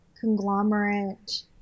conglomerate